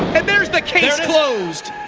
and there is the case closed!